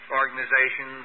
organization